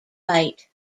bite